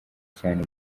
cyane